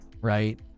right